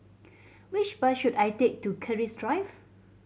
which bus should I take to Keris Drive